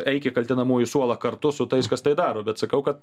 eik į kaltinamųjų suolą kartu su tais kas tai daro bet sakau kad